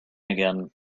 again